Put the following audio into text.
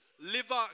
liver